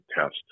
test